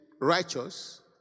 righteous